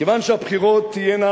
כיוון שהבחירות תהיינה,